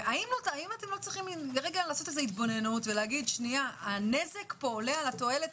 האם אתם לא צריכים להתבונן ולהגיד: הנזק פה עולה על התועלת,